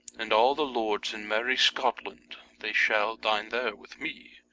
and all the lords in merrie scotland, they shall dine there with me.